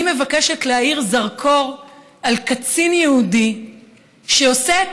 אני מבקשת להאיר זרקור על קצין יהודי שעושה את